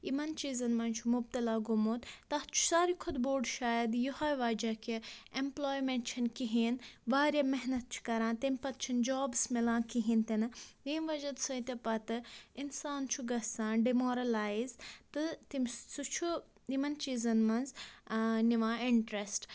یِمَن چیٖزَن منٛز چھُ مُبتلا گوٚمُت تتھ چھُ ساروٕی کھۄتہٕ بوٚڈ شاید یِہٕے وجہ کہِ ایمپُلایمنٹ چھِنہٕ کِہیٖنۍ واریاہ محنت چھِ کران تٔمۍ پَتہٕ چھِنہٕ جابٕس مِلان کِہیٖنۍ تہِ نہٕ ییِمہِ وَجہ سۭتۍ پَتہٕ اِنسان چھُ گژھان ڈِمارَلایِز تہٕ تٔمِس سُہ چھُ یِمَن چیٖزَن منٛز ٲ نِوان اِنٹرسٹہٕ